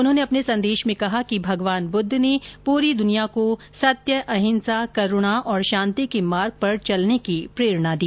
उन्होंने अपने संदेश में कहा कि भगवान बुद्ध ने पूरी दुनिया को सत्य अंहिसा करूणा और शांति के मार्ग पर चलने की प्रेरणा दी